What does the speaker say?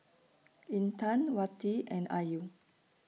Intan Wati and Ayu